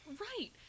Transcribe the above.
Right